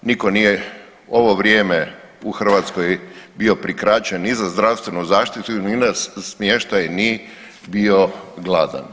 Niko nije ovo vrijeme u Hrvatskoj bio prikraćen i za zdravstvenu zaštitu ni na smještaj, ni bio gladan.